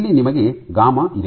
ಇಲ್ಲಿ ಮಗೆ ಗಾಮಾ ಇದೆ